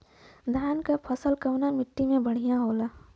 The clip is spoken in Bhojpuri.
धान क फसल कवने माटी में बढ़ियां होला?